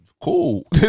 Cool